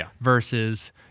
Versus